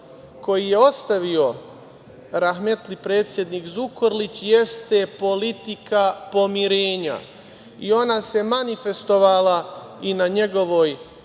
koji je ostavio rahmetli predsednik Zukorlić jeste politika pomirenja i ona se manifestovala i na njegovoj